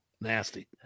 Nasty